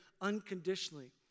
unconditionally